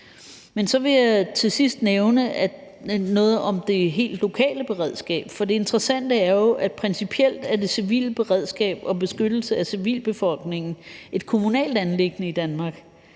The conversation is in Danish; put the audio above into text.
Så vil jeg til sidst nævne noget om det helt lokale beredskab. For det interessante er jo, at principielt er det civile beredskab og beskyttelsen af civilbefolkningen et kommunalt anliggende i Danmark.